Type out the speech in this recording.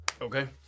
Okay